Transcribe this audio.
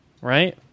right